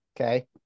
okay